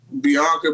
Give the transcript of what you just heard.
Bianca